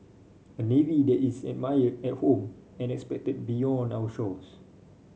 a navy that is admired at home and respected beyond our shores